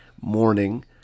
morning